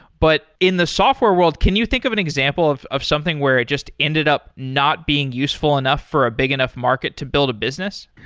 but in the software world, can you think of an example of of something where it just ended up not being useful enough for a big enough market to build a business?